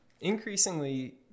increasingly